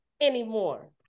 anymore